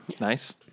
Nice